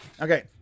Okay